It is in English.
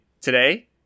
today